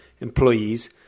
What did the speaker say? employees